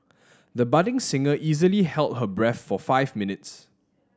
the budding singer easily held her breath for five minutes